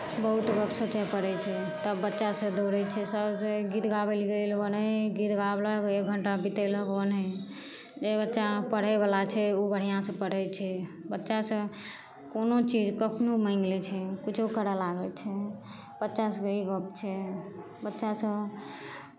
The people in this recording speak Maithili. बहुत गप्प सोचय पड़ै छै तब बच्चासभ दौड़ै छै सारे गीत गाबै लेल गेल ओनाही गीत गाबलक एक घण्टा बितेलक ओनाही जे बच्चा पढ़यवला छै ओ बढ़िआँसँ पढ़ै छै बच्चासभ कोनो चीज कखनो माङ्गि लै छै किछो करय लागै छै बच्चा सभके ई गप्प छै बच्चासभ